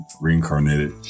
reincarnated